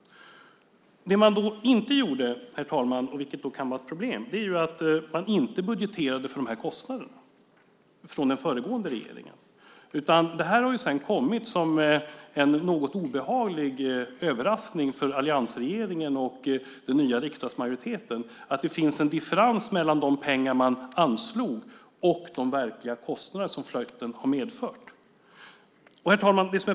Det man då inte gjorde, herr talman, och vilket kan vara ett problem är att man inte budgeterade för kostnaderna från den föregående regeringen. Det har sedan kommit som en något obehaglig överraskning för alliansregeringen och den nya riksdagsmajoriteten att det finns en differens mellan de pengar man anslog och de verkliga kostnader som flytten har medfört. Herr talman!